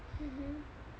mmhmm